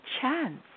chance